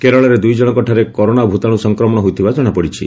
କେରଳରେ ଦୁଇଜଣଙ୍କଠାରେ କରୋନା ଭୂତାଣୁ ସଂକ୍ରମଣ ହୋଇଥିବା ଜଣାପଡ଼ିଛି